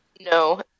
No